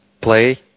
play